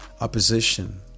opposition